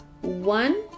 one